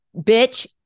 Bitch